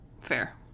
Fair